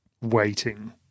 waiting